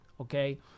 okay